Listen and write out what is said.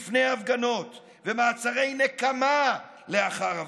לפני הפגנות, ומעצרי נקמה לאחר הפגנות.